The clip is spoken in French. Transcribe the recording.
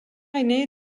aîné